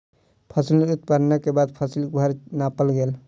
फसिल उत्पादनक बाद फसिलक भार नापल गेल